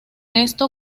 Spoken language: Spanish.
esto